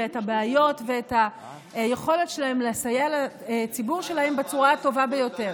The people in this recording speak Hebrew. את הבעיות ואת היכולת שלהן לסייע לציבור שלהן בצורה הטובה ביותר.